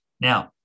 Now